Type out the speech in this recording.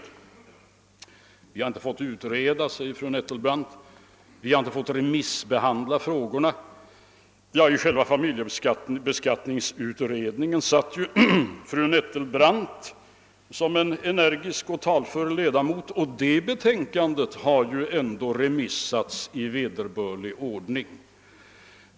Vi har inte fått utreda, vi har inte fått remissbehandla frågorna, säger fru Nettelbrandt. I familjeskatteberedningen deltog ju fru Nettelbrandt som en energisk och talför ledamot, och det betänkandet har remissbehandlats i vederbörlig ordning.